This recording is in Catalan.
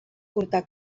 curta